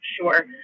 Sure